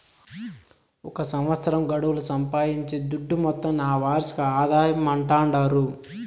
ఒక సంవత్సరం గడువుల సంపాయించే దుడ్డు మొత్తాన్ని ఆ వార్షిక ఆదాయమంటాండారు